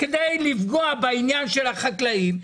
כדי לפגוע בעניין של החקלאים,